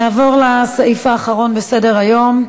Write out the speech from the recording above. נעבור לסעיף האחרון בסדר-היום.